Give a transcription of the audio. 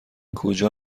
کجا